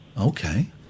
Okay